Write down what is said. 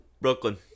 Brooklyn